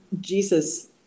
Jesus